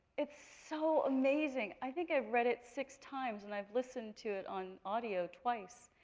it's so amazing! i think i've read it six times and i've listened to it on audio twice.